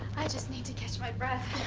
i just need to catch my breath.